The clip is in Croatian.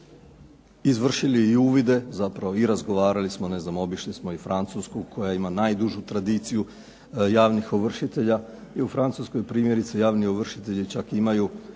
izvršili i uvide, zapravo i razgovarali smo, ne znam obišli smo i Francusku koja ima najdužu tradiciju javnih ovršitelja, i u Francuskoj primjerice javni ovršitelji čak imaju